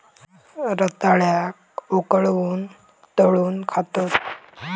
रताळ्याक उकळवून, तळून खातत